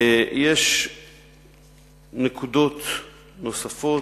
יש נקודות נוספות,